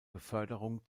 beförderung